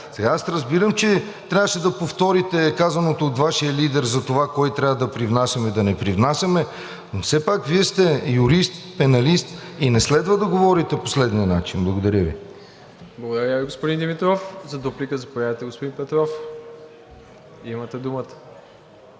Аз разбирам, че трябваше да повторите казаното от Вашия лидер за това кой трябва да привнасяме и да не привнасяме, но все пак Вие сте юрист, пеналист, и не следва да говорите по този начин. Благодаря Ви. ПРЕДСЕДАТЕЛ МИРОСЛАВ ИВАНОВ: Благодаря Ви, господин Димитров. За дуплика – заповядайте, господин Петров, имате думата.